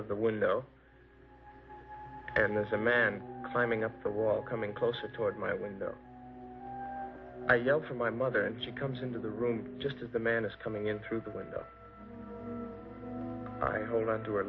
of the window and there's a man climbing up the wall coming closer toward my window i yell for my mother and she comes into the room just as the man is coming in through the window i hold onto her